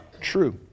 true